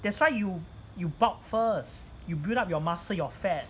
that's why you you bulk first you build up your muscle your fat